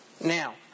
Now